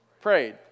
Prayed